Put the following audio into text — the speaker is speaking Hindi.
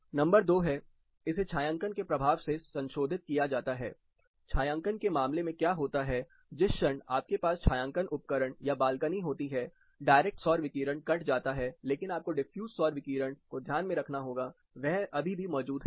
नंबर दो है इसे छायांकन के प्रभाव से संशोधित किया जा सकता है छायांकन के मामले में क्या होता है जिस क्षण आपके पास छायांकन उपकरण या बालकनी होती है डायरेक्ट सौर विकिरण कट जाता है लेकिन आपको डिफ्यूज़ सौर विकिरण को ध्यान में रखना होगा वह अभी भी मौजूद है